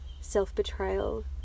self-betrayal